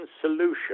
solution